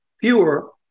fewer